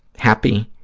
happy,